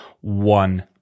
one